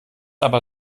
aber